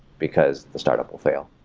because the startup will fail.